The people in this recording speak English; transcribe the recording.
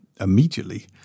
immediately